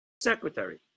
secretary